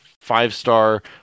five-star